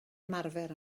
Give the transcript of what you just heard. ymarfer